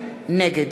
נגד